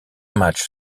matchs